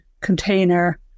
container